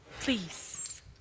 please